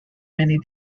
many